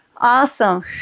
Awesome